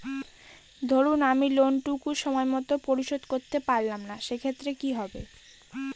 ধরুন আমি লোন টুকু সময় মত পরিশোধ করতে পারলাম না সেক্ষেত্রে কি হবে?